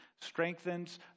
strengthens